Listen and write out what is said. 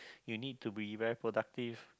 you need to be very productive